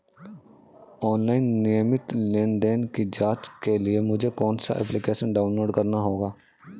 Online नियमित लेनदेन की जांच के लिए मुझे कौनसा एप्लिकेशन डाउनलोड करना होगा?